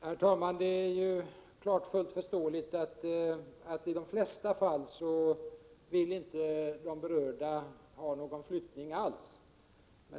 Herr talman! Det är ju fullt förståeligt att de berörda i de flesta fall inte vill ha någon flyttning alls.